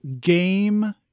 game